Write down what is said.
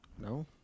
No